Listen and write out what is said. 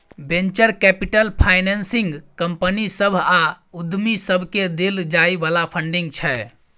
venture capital financing company सभ आ उद्यमी सबकेँ देल जाइ बला फंडिंग छै